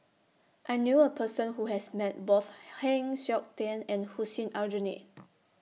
I knew A Person Who has Met Both Heng Siok Tian and Hussein Aljunied